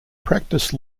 practice